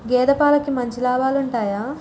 గేదే పాలకి మంచి లాభాలు ఉంటయా?